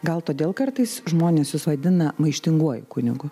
gal todėl kartais žmonės jus vadina maištinguoju kunigu